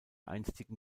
einstigen